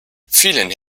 vielen